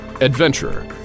adventurer